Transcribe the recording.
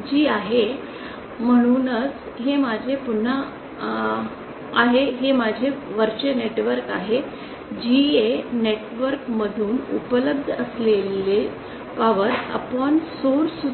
जी आहे म्हणूनच हे माझे पुन्हाआहे हे माझे वरचे नेटवर्क आहे GA हेनेटवर्क मधून उपलब्ध असलेल्या पॉवर सोर्स